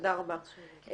תודה רבה.